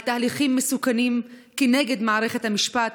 על תהליכים מסוכנים כנגד מערכת המשפט,